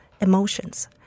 emotions